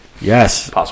Yes